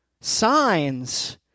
Signs